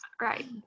Right